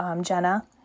Jenna